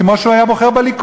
כמו שהוא היה בוחר בליכוד.